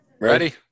ready